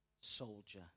soldier